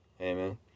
Amen